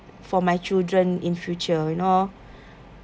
for my children in future you know